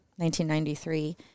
1993